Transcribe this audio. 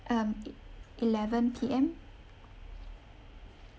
um e~ eleven P_M